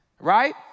Right